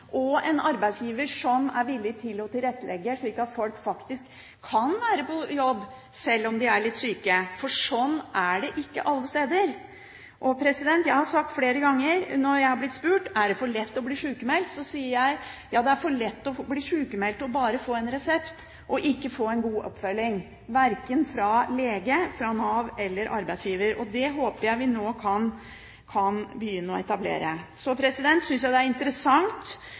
og en arbeidsgiver som er villig til å tilrettelegge, slik at folk faktisk kan være på jobb selv om de er litt sjuke. Sånn er det ikke alle steder. Når jeg flere ganger har blitt spurt om det er for lett å bli sjukmeldt, sier jeg: Ja, det er for lett å bli sjukmeldt og bare få en resept, og ikke få god oppfølging verken fra lege, fra Nav eller fra arbeidsgiver. Slik oppfølging håper jeg vi nå kan begynne å etablere. Så synes jeg det er interessant